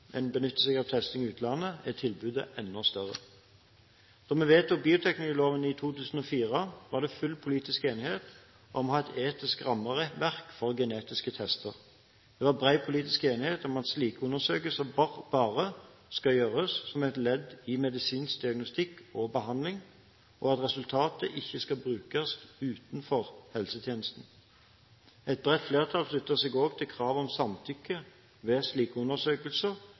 en benytter seg av testing i utlandet, er tilbudet enda større. Da vi vedtok bioteknologiloven i 2003, var det full politisk enighet om å ha et etisk rammeverk for genetiske tester. Det var bred politisk enighet om at slike undersøkelser bare skal gjøres som et ledd i medisinsk diagnostikk og behandling, og at resultatet ikke skal brukes utenfor helsetjenesten. Et bredt flertall sluttet seg også til kravet om samtykke ved slike undersøkelser